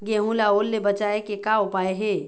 गेहूं ला ओल ले बचाए के का उपाय हे?